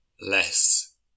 less